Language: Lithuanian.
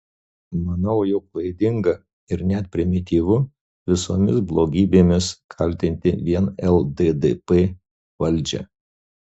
manau jog klaidinga ir net primityvu visomis blogybėmis kaltinti vien lddp valdžią